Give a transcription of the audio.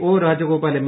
O Rajagopal M